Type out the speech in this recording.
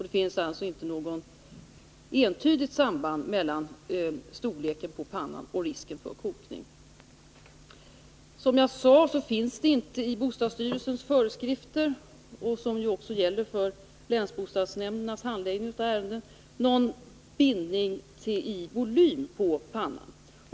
Det finns alltså inte något entydigt samband mellan storleken på pannan och risken för kokning. Som jag sade finns det inte i bostadsstyrelsens föreskrifter — som ju också gäller för länsbostadsnämndernas handläggning av ärenden — någon bindning till volym på pannan.